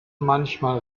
manchmal